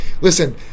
listen